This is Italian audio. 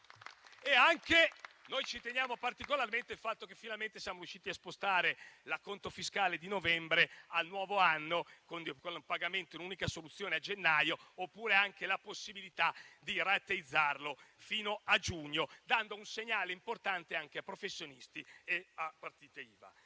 fatto - a cui teniamo particolarmente - che finalmente siamo riusciti a spostare l'acconto fiscale di novembre al nuovo anno, con un pagamento in un'unica soluzione a gennaio, o la possibilità di rateizzare fino a giugno, dando un segnale importante anche a professionisti e partite IVA.